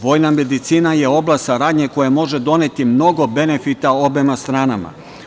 Vojna medicina je oblast saradnje koja može doneti mnogo benefita obema stranama.